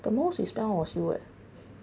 the most we spend on was you eh